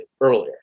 earlier